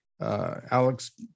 Alex